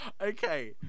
okay